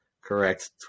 correct